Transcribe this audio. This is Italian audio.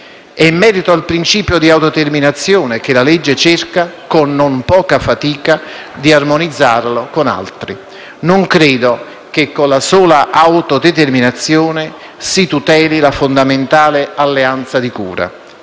È il principio di autodeterminazione che la legge cerca, con non poca fatica, di armonizzare con altri. Non credo che con la sola autodeterminazione si tuteli la fondamentale alleanza di cura